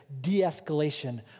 de-escalation